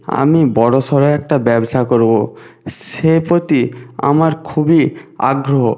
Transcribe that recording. আমি বড়সড় একটা ব্যবসা করব সে প্রতি আমার খুবই আগ্রহ